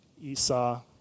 Esau